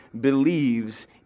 believes